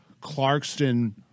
Clarkston